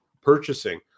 purchasing